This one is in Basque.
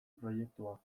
proiektua